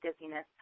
dizziness